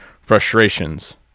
frustrations